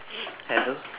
hello